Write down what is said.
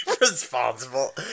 Responsible